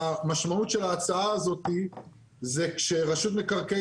המשמעות של ההצעה הזאת זה כשרשות מקרקעי